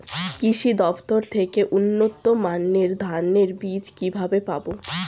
কৃষি দফতর থেকে উন্নত মানের ধানের বীজ কিভাবে পাব?